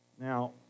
Now